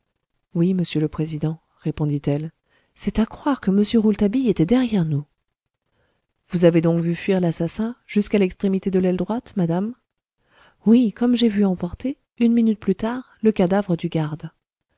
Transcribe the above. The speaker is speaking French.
oui monsieur le président répondit-elle c'est à croire que m rouletabille était derrière nous vous avez donc vu fuir l'assassin jusqu'à l'extrémité de l'aile droite madame oui comme j'ai vu emporter une minute plus tard le cadavre du garde